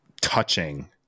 touching